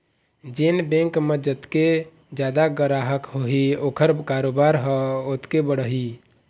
जेन बेंक म जतके जादा गराहक होही ओखर कारोबार ह ओतके बढ़ही